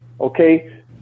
okay